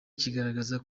kigaragaza